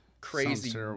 crazy